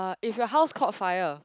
if your house caught fire